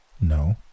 No